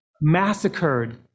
massacred